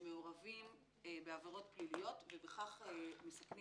שמעורבים בעבירות פליליות ובכך מסכנים